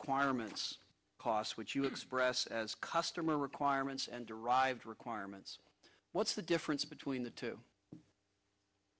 requirements cost which you express as customer requirements and derived requirements what's the difference between the two